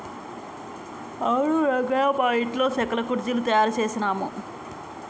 అవును రంగయ్య మా ఇంటిలో సెక్కల కుర్చీలు తయారు చేసాము